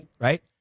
right